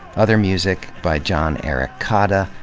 other music by john erik kaada,